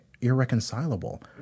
irreconcilable